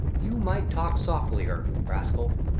you might talk softlier, rascal.